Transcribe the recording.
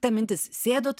ta mintis sėdot